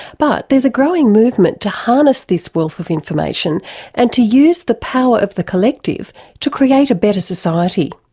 but there's a growing movement to harness this wealth of information and to use the power of the collective to create a better society.